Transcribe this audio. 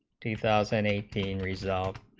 two thousand and eighteen result